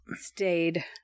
stayed